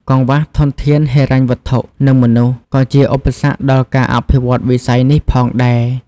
កង្វះធនធានហិរញ្ញវត្ថុ និងមនុស្ស ក៏ជាឧបសគ្គដល់ការអភិវឌ្ឍវិស័យនេះផងដែរ។